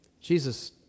Jesus